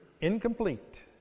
incomplete